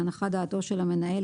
להנחת דעתו של המנהל,